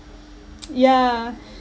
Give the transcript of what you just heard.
yeah